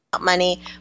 money